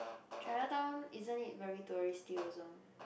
Chinatown isn't it very touristy also